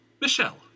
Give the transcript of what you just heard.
Michelle